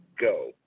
go